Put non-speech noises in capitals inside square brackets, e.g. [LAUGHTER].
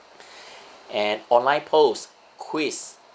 [BREATH] and online post quiz